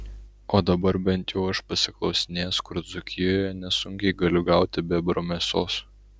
o dabar bent jau aš pasiklausinėjęs kur dzūkijoje nesunkiai galiu gauti bebro mėsos